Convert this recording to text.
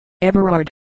Everard